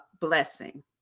blessing